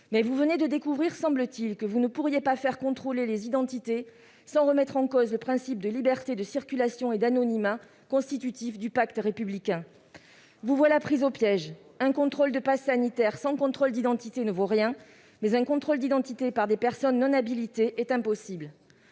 venez pourtant de découvrir, semble-t-il, que vous ne pourriez pas leur faire contrôler les identités sans remettre en cause les principes de liberté de circulation et d'anonymat constitutifs du pacte républicain. Vous voilà pris au piège : un contrôle de passe sanitaire sans contrôle d'identité ne vaut rien, mais un contrôle d'identité par des personnes non habilitées est impossible